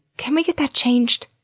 can we get that changed?